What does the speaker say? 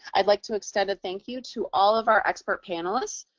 i'd like to extend a thank you to all of our expert panelists.